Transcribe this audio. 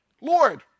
Lord